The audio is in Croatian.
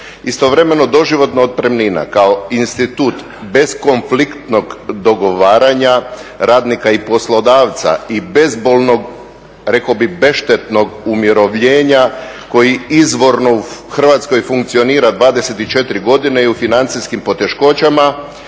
Istovremeno doživotna otpremnina kao institut bez konfliktnog dogovaranja radnika i poslodavca i bezbolnog, rekao bih bezštetnog umirovljenja koji izvorno u Hrvatskoj funkcionira 24 godine i u financijskim poteškoćama